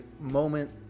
moment